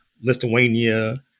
Lithuania